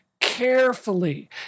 carefully